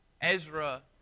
Ezra